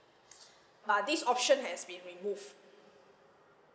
but this option has been remove